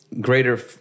greater